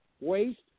waste